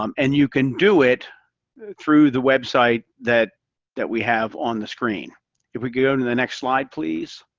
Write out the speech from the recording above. um and you can do it through the website that that we have on the screen if we go to the next slide please.